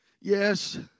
Yes